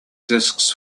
disks